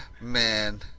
Man